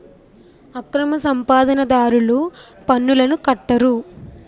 అక్రమ సంపాదన దారులు పన్నులను కట్టరు